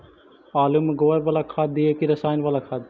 आलु में गोबर बाला खाद दियै कि रसायन बाला खाद?